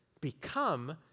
become